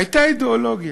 הייתה אידיאולוגיה,